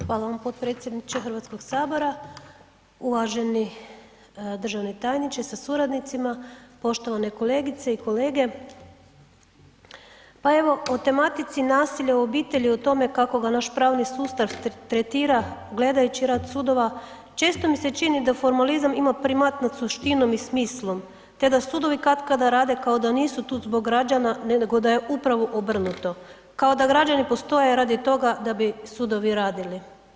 Hvala vam potpredsjedniče HS, uvaženi državni tajniče sa suradnicima, poštovane kolegice i kolege, pa evo o tematici nasilja u obitelji, o tome kako ga naš pravni sustav tretira gledajući rad sudova često mi se čini da formalizam ima … [[Govornik se ne razumije]] suštinom i smislom, te da sudovi katkada rade kao da nisu tu zbog građana nego da je upravo obrnuto kao da građani postoje radi toga da bi sudovi radili.